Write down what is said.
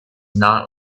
not